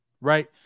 Right